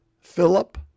Philip